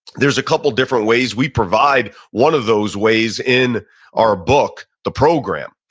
there's a couple of different ways. we provide one of those ways in our book, the program.